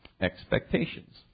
expectations